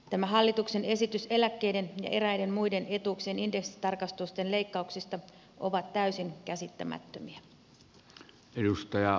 tämä hallituksen esitys eläkkeiden ja eräiden muiden etuuksien indeksitarkistusten leikkauksista on täysin käsittämätön